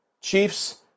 Chiefs